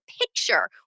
picture